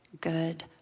good